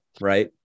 right